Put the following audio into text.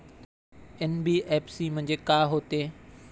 NBFC म्हणजे का होते?